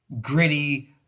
gritty